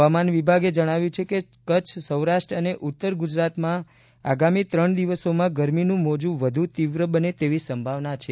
હવામાન વિભાગે જણાવ્યું છે કે કચ્છ સૌરાષ્ટ્ર અને ઉત્તર ગુજરાતમાં આગામી ત્રણ દિવસોમાં ગરમીનું મોજું વધુ તીવ્ર બને તેવી સંભાવના છે